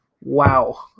wow